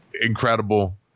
incredible